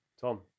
Tom